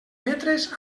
metres